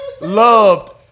loved